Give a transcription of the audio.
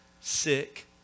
sick